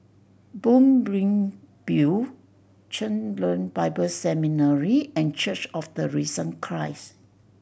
Moonbeam View Chen Lien Bible Seminary and Church of the Risen Christ